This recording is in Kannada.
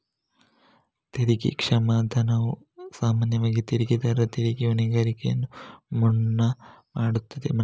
ತೆರಿಗೆ ಕ್ಷಮಾದಾನವು ಸಾಮಾನ್ಯವಾಗಿ ತೆರಿಗೆದಾರರ ತೆರಿಗೆ ಹೊಣೆಗಾರಿಕೆಯನ್ನು ಮನ್ನಾ ಮಾಡುತ್ತದೆ